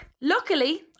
Luckily